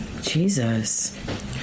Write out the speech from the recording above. Jesus